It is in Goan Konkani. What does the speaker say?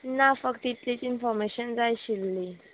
ना फक्त इतलीच इनफोर्मेशन जाय आशिल्ली